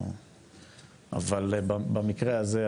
אבל במקרה הזה,